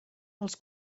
els